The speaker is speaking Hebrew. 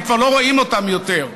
הם כבר לא רואים אותם יותר.